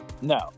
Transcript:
no